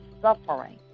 suffering